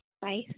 Bye